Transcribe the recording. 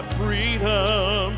freedom